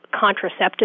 contraceptive